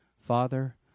Father